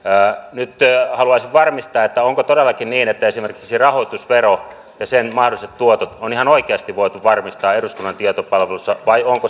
nyt haluaisin varmistaa onko todellakin niin että esimerkiksi rahoitusvero ja sen mahdolliset tuotot on ihan oikeasti voitu varmistaa eduskunnan tietopalvelussa vai onko